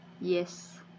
Yes